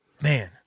man